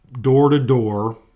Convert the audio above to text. door-to-door